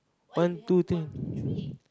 one two three